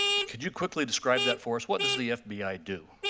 could you quickly describe that for us? what does the fbi do?